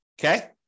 Okay